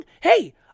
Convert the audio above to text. Hey